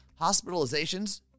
hospitalizations